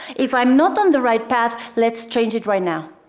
if i'm not on the right path, let's change it right now.